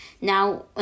now